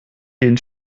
den